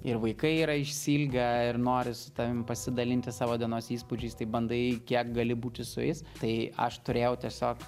ir vaikai yra išsiilgę ir nori su tavimi pasidalinti savo dienos įspūdžiais tai bandai kiek gali būti su jais tai aš turėjau tiesiog